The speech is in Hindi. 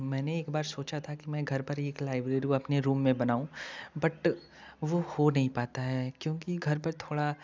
मैंने एक बार सोचा था कि मैं घर पर एक लाइब्रेरी को अपने रूम में बनाऊँ बट वह हो नहीं पाता है क्योंकि घर पर थोड़ा